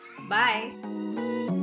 Bye